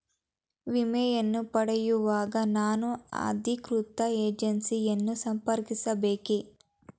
ವಿಮೆಯನ್ನು ಪಡೆಯುವಾಗ ನಾನು ಅಧಿಕೃತ ಏಜೆನ್ಸಿ ಯನ್ನು ಸಂಪರ್ಕಿಸ ಬೇಕೇ?